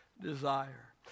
desire